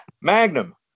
Magnum